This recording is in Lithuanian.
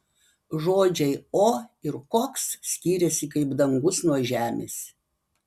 žodžiai o ir koks skiriasi kaip dangus nuo žemės